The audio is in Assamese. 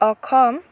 অসম